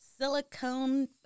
Silicone